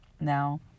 now